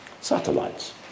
Satellites